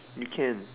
you can